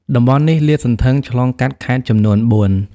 តំបន់នេះលាតសន្ធឹងឆ្លងកាត់ខេត្តចំនួនបួន។